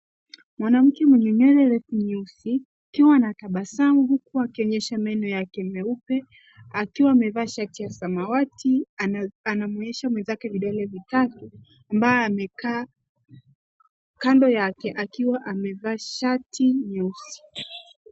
Mwanamke mwenye nywele refu nyeusi akiwa na tabasamu huku akionyesha meno yake meupe, akiwa amevaa shati ya samawati akiwa anamwonyesha mwenzake vidole vitatu ambaye amekaa kando yake akiwa amevaa shati nyeusi.